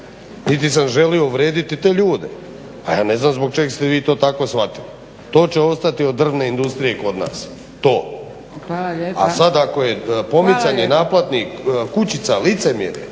Niti sam želio uvrijediti te ljude, pa ja ne znam zbog čeg ste vi to tako shvatili. To će ostati od drvne industrije kod nas, to. **Zgrebec, Dragica (SDP)** Hvala lijepo.